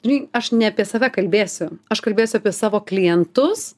žinai aš ne apie save kalbėsiu aš kalbės apie savo klientus